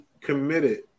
committed